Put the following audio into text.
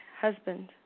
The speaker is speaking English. husband